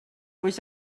was